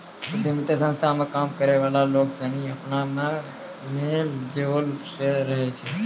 उद्यमिता संस्था मे काम करै वाला लोग सनी अपना मे मेल जोल से रहै छै